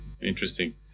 Interesting